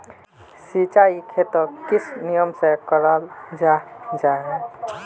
सिंचाई खेतोक किस नियम से कराल जाहा जाहा?